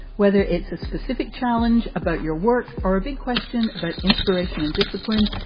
whether it's a specific challenge about your work or a big question about inspiration and discipline.